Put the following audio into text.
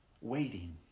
waiting